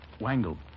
Wangle